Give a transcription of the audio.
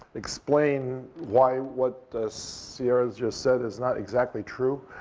explain why what sierra has just said is not exactly true.